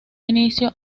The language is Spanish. inicio